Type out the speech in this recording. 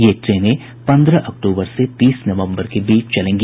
ये ट्रेनें पन्द्रह अक्टूबर से तीस नवम्बर के बीच चलेंगी